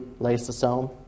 lysosome